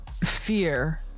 fear